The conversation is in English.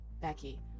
Becky